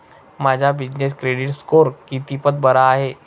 माझा business credit score कितपत बरा आहे?